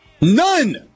None